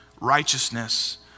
righteousness